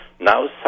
now